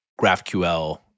GraphQL